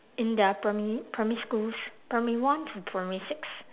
in their primary primary schools primary one to primary six